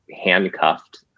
handcuffed